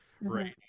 right